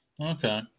Okay